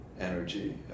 energy